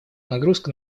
нагрузка